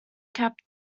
capped